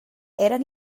eren